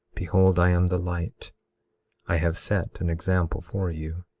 behold i am the light i have set an example for you.